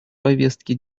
повестке